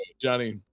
Johnny